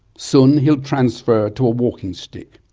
soon he'll transfer to a walking stick.